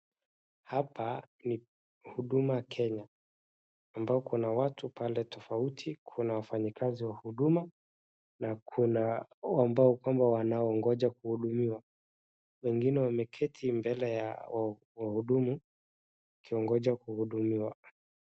Hapa ni huduma Kenya ambao kuna watu pande tofauti kuna wafanyikazi wa huduma na kuna ambao kwamba wanangoja kuhudumiwa. Wengine wameketi mbele ya wahudumu wakiongoja kuhudumiwa.